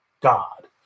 God